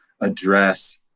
address